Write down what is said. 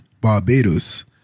Barbados